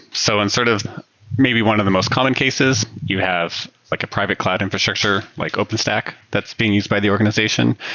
so and sort of maybe one of the most common cases, you have like a private cloud infrastructure like openstack that's being used by the organization,